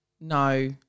no